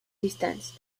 distance